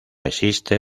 existe